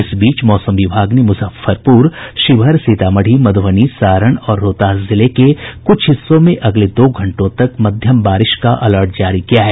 इस बीच मौसम विभाग ने मुजफ्फरपुर शिवहर सीतामढ़ी मधुबनी सारण और रोहतास जिले के कुछ हिस्सों में अगले दो घंटों तक मध्यम बारिश का अलर्ट जारी किया है